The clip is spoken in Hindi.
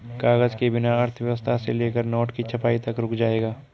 कागज के बिना अर्थव्यवस्था से लेकर नोट की छपाई तक रुक जाएगा